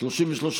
2 לא נתקבלה.